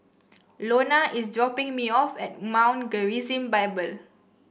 Lonna is dropping me off at Mount Gerizim Bible